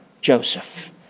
Joseph